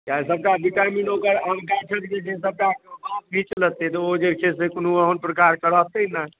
किए सभटा बिटामिन ओकर आम गाछक जे से सभटा ओ बाँस घीच लेतै तऽ ओ जे छै से कोनो ओहन प्रकारसँ रहतै नहि